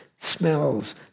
smells